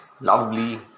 lovely